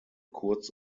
kurz